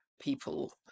people